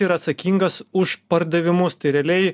ir atsakingas už pardavimus tai realiai